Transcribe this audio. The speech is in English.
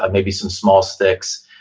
ah maybe some small sticks,